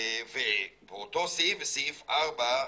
באותו סעיף, בסעיף (4),